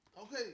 Okay